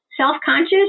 self-conscious